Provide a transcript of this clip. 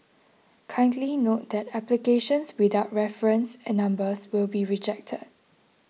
kindly note that applications without reference and numbers will be rejected